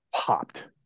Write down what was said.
popped